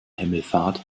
himmelfahrt